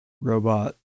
robot